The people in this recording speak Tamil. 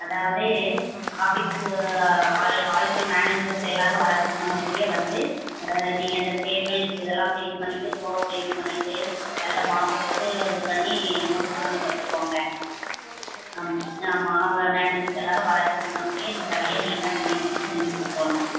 அதாவது ஆஃபீஸ்க்கு ஆள் ஆள்கள் மேனேஜர்ஸ் எல்லோரும் வரதுக்கு முன்க்கூட்டியே வந்து நீங்கள் அந்த டேபிள் இதெல்லாம் க்ளீன் பண்ணிவிட்டு ஃப்ளோர் க்ளீன் பண்ணிவிட்டு நல்லா மாப்பை போட்டு இது பண்ணி முடிச்சிடணும் பார்த்துக்கோங்க ஆம் ஆமாம் அவங்க மேனேஜர்ஸ் எல்லோரும் வரதுக்கு முன்க்கூட்டியே இந்த வேலையை நீட்டாக நீங்கள் எங்களுக்கு செஞ்சுக் கொடுக்கோணும்